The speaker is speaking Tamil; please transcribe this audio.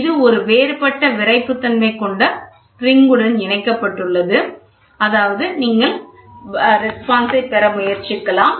இது ஒரு வேறுபட்ட விறைப்புத்தன்மை கொண்ட ஸ்பிரிங் உடன் இணைக்கப்பட்டுள்ளது அதாவது நீங்கள் பதிலைப் பெற முயற்சி செய்யலாம்